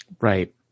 Right